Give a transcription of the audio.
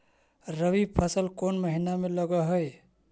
रबी फसल कोन महिना में लग है?